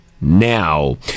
Now